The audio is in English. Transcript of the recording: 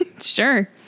Sure